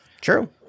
True